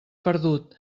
perdut